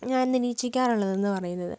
ഞാൻ നിരീക്ഷിക്കാറുള്ളതെന്ന് പറയുന്നത്